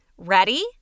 Ready